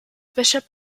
bishop